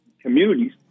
communities